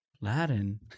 Latin